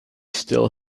still